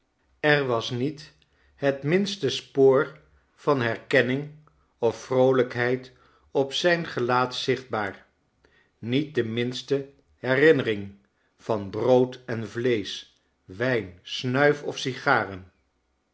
er was niet het minste spoor van herkenning of vroolijkheid op zijn gelaat zichtbaar niet de minste herinnering van brood en vleesch wijn snuif of sigaren